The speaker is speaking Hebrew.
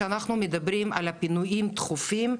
כשאנחנו מדברים על הפינויים הדחופים,